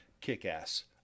kick-ass